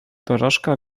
dorożka